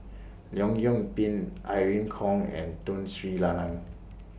Leong Yoon Pin Irene Khong and Tun Sri Lanang